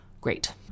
Great